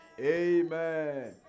Amen